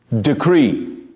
decree